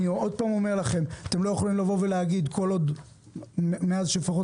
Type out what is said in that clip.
אני עוד פעם אומר לכם: אתם לא יכולים לבוא ולהגיד כל עוד מאז שלפחות